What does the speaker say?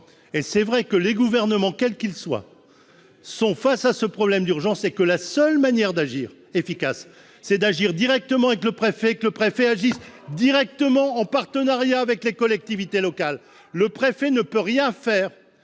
Il est vrai que les gouvernements, quels qu'ils soient, sont face à ce problème d'urgence et la seule façon d'agir efficacement, c'est de travailler directement avec le préfet, ... Voilà !... et que celui-ci agisse directement en partenariat avec les collectivités locales. Le préfet ne peut rien faire